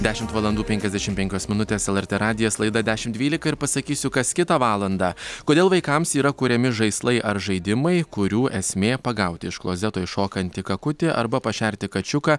dešimt valandų penkiasdešimt penkios minutės lrt radijas laida dešimt dvylika ir pasakysiu kas kitą valandą kodėl vaikams yra kuriami žaislai ar žaidimai kurių esmė pagauti iš klozeto iššokantį kakutį arba pašerti kačiuką